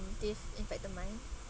and this impact the mind